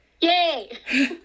Yay